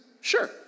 Sure